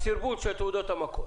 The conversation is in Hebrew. הסרבול של תעודות המקור